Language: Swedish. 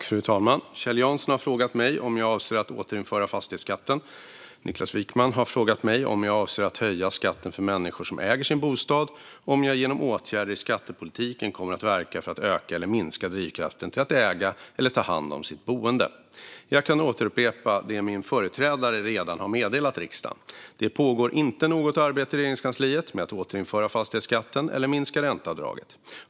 Fru talman! Kjell Jansson har frågat mig om jag avser att återinföra fastighetsskatten. Niklas Wykman har frågat mig om jag avser att höja skatten för människor som äger sin bostad och om jag genom åtgärder i skattepolitiken kommer att verka för att öka eller minska drivkraften till att äga och ta hand om sitt boende. Jag kan återupprepa det min företrädare redan har meddelat riksdagen. Det pågår inte något arbete inom Regeringskansliet med att återinföra fastighetsskatten eller minska ränteavdraget.